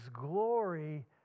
glory